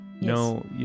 No